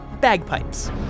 bagpipes